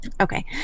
okay